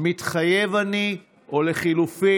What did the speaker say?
15 ביוני 2021,